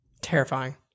Terrifying